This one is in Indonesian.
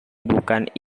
bukan